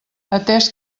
atès